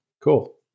Cool